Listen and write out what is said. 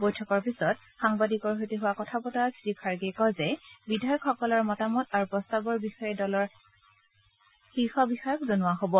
বৈঠকৰ পিছত সাংবাদিকৰ সৈতে হোৱা কথা বতৰাত শ্ৰীখাৰ্গে কয় যে বিধায়কসকলৰ মতামত আৰু প্ৰস্তাৱৰ বিষয়ে দলৰ হাই কমাণ্ডক জনোৱা হ'ব